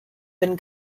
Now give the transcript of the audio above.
been